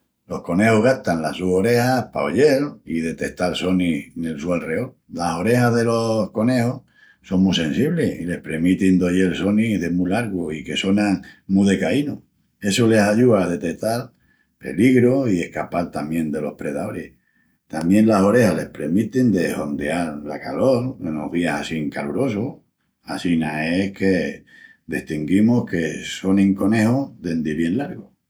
Los conejus gastan las sus orejas pa oyel i detetal sonis nel su alreol. Las orejas delos conejus son mu sensiblis i les premitin d'oyel sonis de mu largu i que sonan mu decaínu, essu les ayúa a detetal peligrus i a escapal tamién delos predaoris. Tamién las orejas les premitin de hondeal la calol enos dias assín calorosus. Assina es que destinguimus que sonin conejus dendi bien largu.